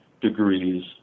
degrees